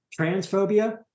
transphobia